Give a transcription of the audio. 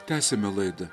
tęsiame laidą